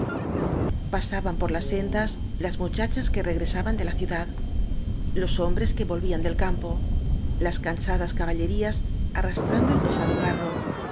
saban por las sendas las muchachas que regre saban de la ciudad los hombres que volvían del campo las cansadas caballerías arrastran do el pesado carro